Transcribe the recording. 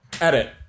Edit